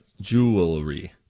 Jewelry